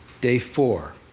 day four,